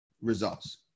results